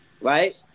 right